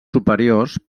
superiors